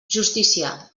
justícia